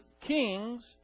king's